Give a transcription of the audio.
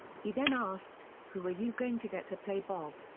he then asked, who are you going to get to play bob?